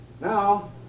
Now